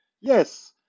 yes